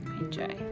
Enjoy